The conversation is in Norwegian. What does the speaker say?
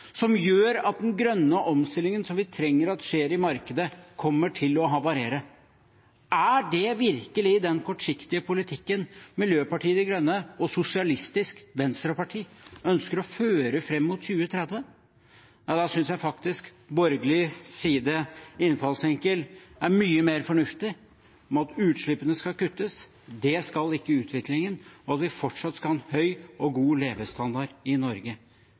som gjør at den grønne omstillingen vi trenger skjer i markedet, kommer til å havarere? Er det virkelig den kortsiktige politikken Miljøpartiet De Grønne og SV ønsker å føre fram mot 2030? Da synes jeg faktisk borgerlig sides innfallsvinkel er mye mer fornuftig: at utslippene skal kuttes, men ikke utviklingen, og at vi fortsatt skal ha en høy og god levestandard i Norge.